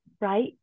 right